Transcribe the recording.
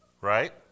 Right